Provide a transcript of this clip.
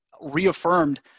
reaffirmed